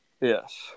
Yes